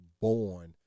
born